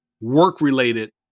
work-related